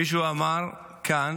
מישהו אמר כאן